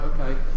okay